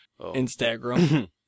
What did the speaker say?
Instagram